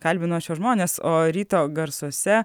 kalbino šiuos žmones o ryto garsuose